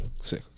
Sick